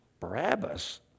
Barabbas